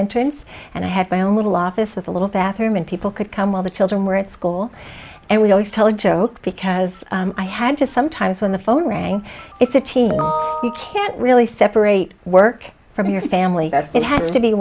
entrance and i had my own little office with a little bathroom and people could come while the children were at school and we always tell a joke because i had to sometimes when the phone rang it's a team you can't really separate work from your family that's it has to be